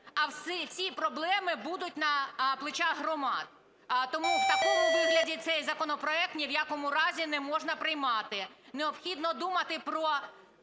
а всі проблеми будуть на плечах громад. Тому в такому вигляді цей законопроект ні в якому разі не можна приймати. Необхідно думати про